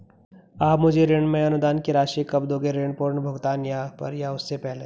आप मुझे ऋण में अनुदान की राशि कब दोगे ऋण पूर्ण भुगतान पर या उससे पहले?